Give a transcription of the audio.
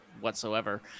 whatsoever